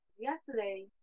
Yesterday